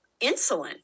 insulin